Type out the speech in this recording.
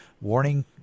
warning